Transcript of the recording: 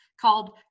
called